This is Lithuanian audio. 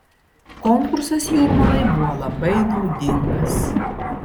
konkursas jūrmalai buvo labai naudingas